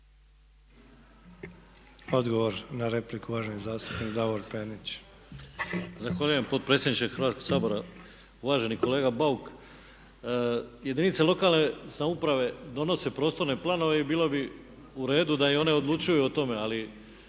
Odgovor na repliku uvaženi zastupnik Davor Penić. **Penić, Davor (SDP)** Zahvaljujem potpredsjedniče Hrvatskog sabora. Uvaženi kolega Bauk, jedinice lokalne samouprave donose prostorne planove i bilo bi u redu da i one odlučuju o tome. Ali